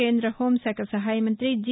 కేంద్ర హోంశాఖ సహాయమంతి జి